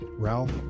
Ralph